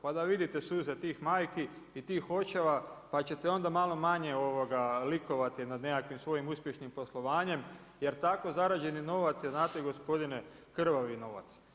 Pa da vidite suze tih majki i tih očeva pa ćete onda malo manje likovati nad nekakvim svojim uspješnim poslovanjem jer tako zarađeni novac je znate gospodine, krvavi novac.